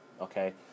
okay